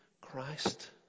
Christ